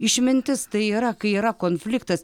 išmintis tai yra kai yra konfliktas